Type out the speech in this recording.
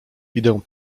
idę